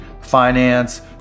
finance